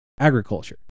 agriculture